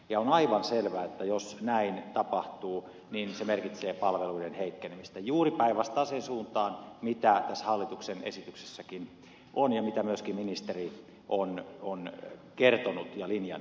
on aivan selvä että jos näin tapahtuu niin se merkitsee palveluiden heikkenemistä menoa juuri päinvastaiseen suuntaan kuin tässä hallituksen esityksessäkin on ja mitä myöskin ministeri on kertonut ja linjannut